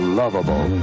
lovable